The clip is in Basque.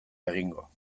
egingo